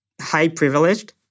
high-privileged